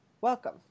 Welcome